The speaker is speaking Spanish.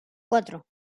cuatro